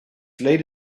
late